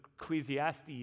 Ecclesiastes